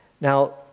Now